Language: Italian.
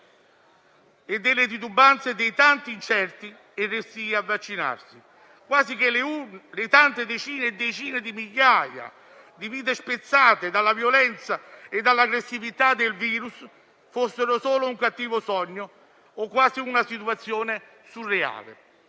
e delle titubanze dei tanti incerti e restii a vaccinarsi; quasi che le tante decine di migliaia di vite spezzate dalla violenza e dalla aggressività del virus fossero solo un cattivo sogno o quasi una situazione surreale.